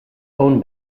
own